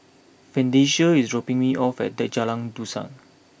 Francesca is dropping me off at Jalan Dusan